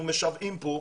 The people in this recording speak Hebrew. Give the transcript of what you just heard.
אנחנו משוועים כאן